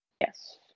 Yes